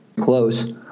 close